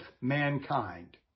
mankind